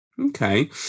Okay